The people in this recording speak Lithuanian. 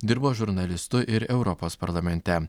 dirbo žurnalistu ir europos parlamente